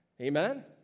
Amen